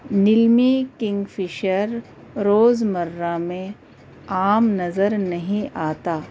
نیلمی kingfisher روز مرہ میں عام نظر نہیں آتا